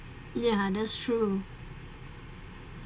ya that's true